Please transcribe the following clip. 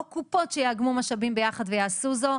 או קופות שיעשו איגום משאבים ביחד ויעשו זאת,